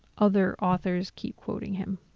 other authors keep quoting him.